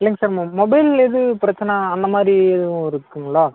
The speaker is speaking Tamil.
இல்லைங்க சார் மொ மொபைலில் எதுவும் பிரச்சின அந்த மாதிரி எதுவும் இருக்குங்களா